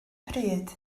pryd